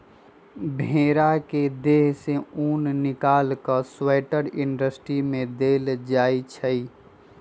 भेड़ा के देह से उन् निकाल कऽ स्वेटर इंडस्ट्री में देल जाइ छइ